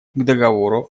договору